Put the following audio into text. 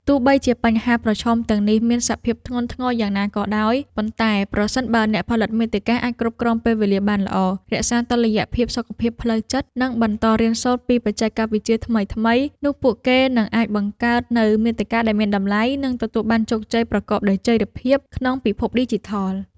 ទោះបីជាបញ្ហាប្រឈមទាំងនេះមានសភាពធ្ងន់ធ្ងរយ៉ាងណាក៏ដោយ ប៉ុន្តែប្រសិនបើអ្នកផលិតមាតិកាអាចគ្រប់គ្រងពេលវេលាបានល្អ រក្សាតុល្យភាពសុខភាពផ្លូវចិត្ត និងបន្តរៀនសូត្រពីបច្ចេកវិទ្យាថ្មីៗ នោះពួកគេនឹងអាចបង្កើតនូវមាតិកាដែលមានតម្លៃ និងទទួលបានជោគជ័យប្រកបដោយចីរភាពក្នុងពិភពឌីជីថល។